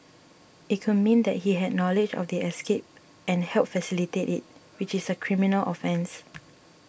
it could mean that he had knowledge of the escape and helped facilitate it which is a criminal offence